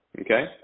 okay